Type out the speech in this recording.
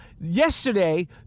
yesterday